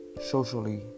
socially